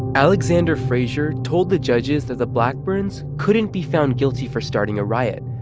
alexander frazer told the judges that the blackburns couldn't be found guilty for starting a riot.